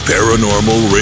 Paranormal